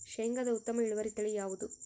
ಶೇಂಗಾದ ಉತ್ತಮ ಇಳುವರಿ ತಳಿ ಯಾವುದು?